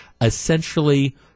essentially